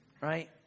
Right